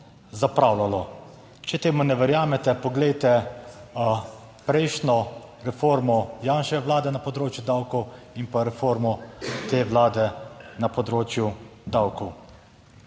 zapravljalo. Če temu ne verjamete, poglejte, prejšnjo reformo Janševe vlade na področju davkov in pa reformo te vlade na področju davkov.